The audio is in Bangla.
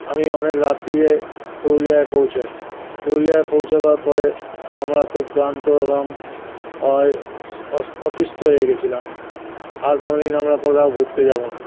আমি অনেক রাত্রিরে পুরুলিয়ায় পৌঁছাই পুরুলিয়ার পৌঁছাবার পরে আমরা খুব ক্লান্ত এবং অয় অতিষ্ট হয়ে গেছিলাম আর কোনো দিন আমরা কোথাও ঘুরতে যাবো না